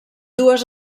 dues